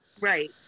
Right